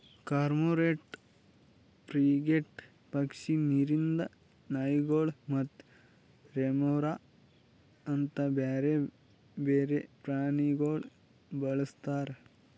cormorant, frigate ಪಕ್ಷಿ, ನೀರಿಂದ್ ನಾಯಿಗೊಳ್ ಮತ್ತ ರೆಮೊರಾ ಅಂತ್ ಬ್ಯಾರೆ ಬೇರೆ ಪ್ರಾಣಿಗೊಳ್ ಬಳಸ್ತಾರ್